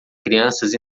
crianças